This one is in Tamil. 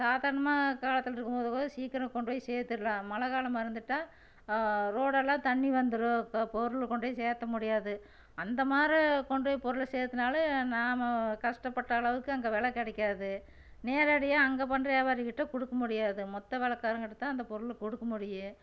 சாதாரணமான காலத்தில் இருக்கும்போது கூட சீக்கிரம் கொண்டு போய் சேத்துடலாம் மழை காலமாக இருந்துவிட்டா ரோடெல்லாம் தண்ணீர் வந்துடும் பொருள் கொண்டு போய் சேத்த முடியாது அந்தமாரி கொண்டு போய் பொருளை சேத்தனாலு நானும் கஷ்டப்பட்ட அளவுக்கு அங்கே வெலை கிடைக்காது நேரடியாக அங்கே பண்ணுற வியாபாரிக்கிட்டே கொடுக்க முடியாது மொத்த வெலைக்காரங்களுக்கு தான் அந்த பொருளை கொடுக்க முடியும்